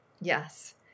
Yes